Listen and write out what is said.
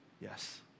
Yes